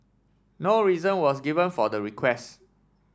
no reason was given for the request